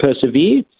persevere